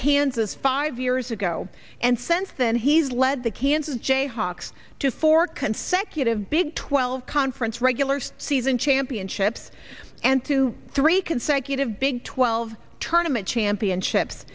kansas five years ago and since then he's led the kansas jayhawks to four consecutive big twelve conference regular season championships and two three consecutive big twelve tournaments championships